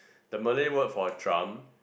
the Malay word for a drum